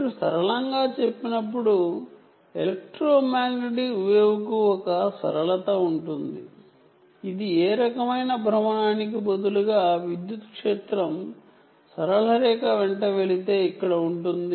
మీరు EM వేవ్కు ఒక సరళత ఉంటుంది అని చెప్పినప్పుడు ఇది ఏ రకమైన భ్రమణానికి బదులుగా విద్యుత్ క్షేత్రం సరళ రేఖ వెంట ఇక్కడ ఉంటుంది